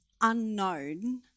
unknown